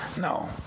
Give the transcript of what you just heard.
no